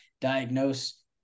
diagnose